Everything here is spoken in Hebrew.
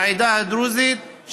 לעדה הדרוזית,